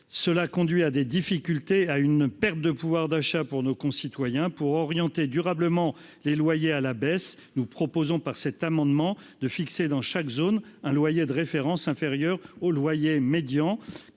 certain nombre de difficultés, notamment une perte de pouvoir d'achat pour nos concitoyens. Afin d'orienter durablement les loyers à la baisse, nous proposons, par cet amendement, de fixer dans chaque zone un loyer de référence inférieur au loyer médian,